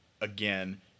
again